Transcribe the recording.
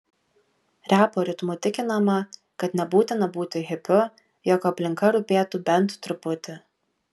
repo ritmu tikinama kad nebūtina būti hipiu jog aplinka rūpėtų bent truputį